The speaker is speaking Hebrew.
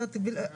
בפריפריה,